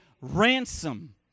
ransom